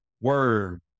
Word